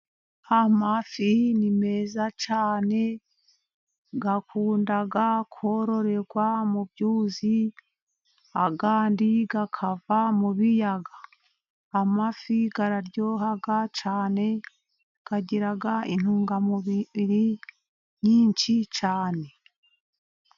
Amafi ni meza cyane, akunda kororerwa mu byuzi, ayandi akava mu biyaga. Amafi araryoha cyane, agira intungamubiri nyinshi cyane.